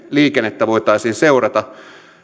liikennettä voitaisiin seurata